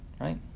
Right